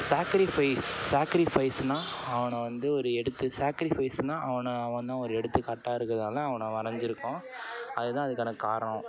sacrifice சாக்ரிஃபைஸ்னால் அவனை வந்து ஒரு எடுத்து சாக்ரிஃபைஸ்னால் அவனை அவன் தான் ஒரு எடுத்துக்காட்டாக இருக்கிறதுனால் அவனை வரைஞ்சிருக்கோம் அது தான் அதுக்கான காரணம்